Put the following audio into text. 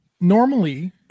normally